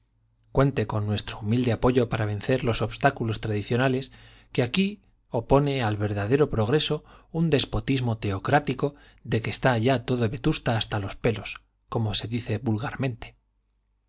cuente con nuestro humilde apoyo para vencer los obstáculos tradicionales que aquí opone al verdadero progreso un despotismo teocrático de que está ya todo vetusta hasta los pelos como se dice vulgarmente